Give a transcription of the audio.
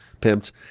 pimped